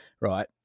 Right